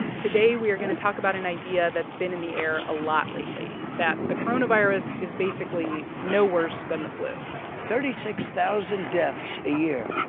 today we are going to talk about an idea that's been in the air a lot lately, that the coronavirus is basically no worse than the flu thirty-six thousand deaths a year,